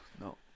No